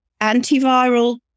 antiviral